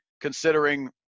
considering